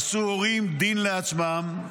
עשו הורים דין לעצמם,